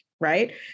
right